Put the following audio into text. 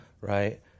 right